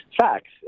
facts